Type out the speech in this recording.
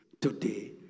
today